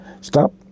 Stop